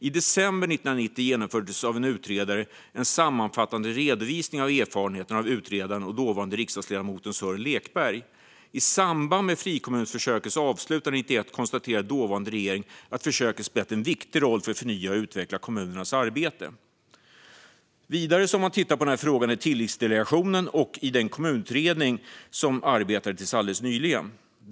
I december 1990 genomfördes en sammanfattande redovisning av erfarenheterna av utredaren och dåvarande riksdagsledamoten Sören Lekberg. I samband med att frikommunsförsöket avslutades 1991 konstaterade dåvarande regering att försöket spelat en viktig roll för att förnya och utveckla kommunernas arbete. Vidare har man tittat på frågan i Tillitsdelegationen och i den kommunutredning som arbetade fram till alldeles nyligen.